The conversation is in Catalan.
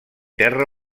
terra